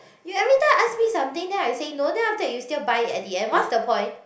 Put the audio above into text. you every time ask me something then I say no then after that you still buy it at the end what's the point